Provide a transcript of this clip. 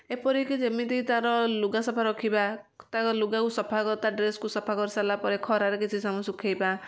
ଏପରିକି ଯେମିତି ତାର ଲୁଗା ସଫା ରଖିବା ତାଙ୍କ ଲୁଗାକୁ ସଫା ତା ଡ୍ରେସକୁ ସଫା କରିସାରିଲା ଖରାରେ କିଛି ସମୟ ସୁଖେଇବା